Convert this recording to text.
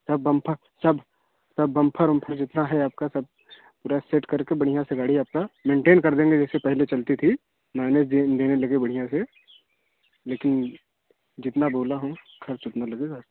सब बम्फर सब बम्फर उम्फर जितना है आपका सब पूरा सेट कर के बढ़िया से गाड़ी आपका मैनटेन कर देंगे जैसे पहले चलती थी माईलेज दे देने लगे बढ़िया से लेकिन जितना बोला हूँ खर्च उतना लगेगा